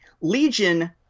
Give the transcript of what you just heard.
Legion